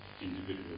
individual